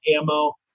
ammo